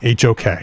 HOK